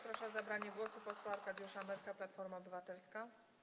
Proszę o zabranie głosu posła Arkadiusza Myrchę, Platforma Obywatelska.